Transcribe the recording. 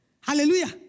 Hallelujah